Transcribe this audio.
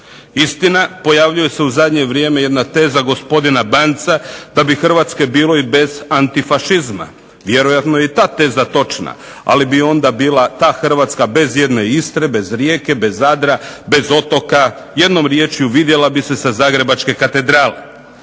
Istina, pojavljuje se u zadnje vrijeme jedna teza gospodina Banca da bi Hrvatske bilo i bez antifašizma. Vjerojatno je i ta teza točna, ali bi bila ta HRvatska bez jedne Istri, bez Rijeke, Zadra, bez otoka, jednom riječju vidjela bi se sa Zagrebačke katedrale.